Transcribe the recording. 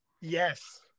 Yes